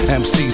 MC's